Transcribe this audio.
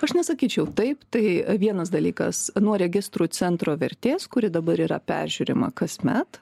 aš nesakyčiau taip tai vienas dalykas nuo registrų centro vertės kuri dabar yra peržiūrima kasmet